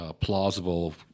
plausible